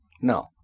No